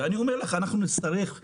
ואני אומר לך, נצטרך לדאוג,